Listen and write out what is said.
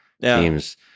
teams